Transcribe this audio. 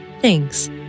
Thanks